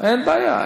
אין בעיה,